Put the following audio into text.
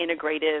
integrative